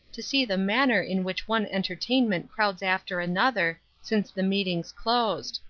to see the manner in which one entertainment crowds after another, since the meetings closed.